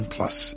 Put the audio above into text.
Plus